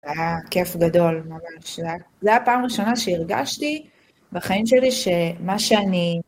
היה כיף גדול ממש, זה היה הפעם הראשונה שהרגשתי בחיים שלי שמה שאני...